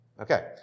Okay